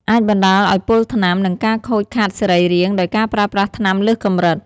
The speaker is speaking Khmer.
អាចបណ្តាលឲ្យពុលថ្នាំ និងការខូចខាតសរីរាង្គ ដោយការប្រើប្រាស់ថ្នាំលើសកម្រិត។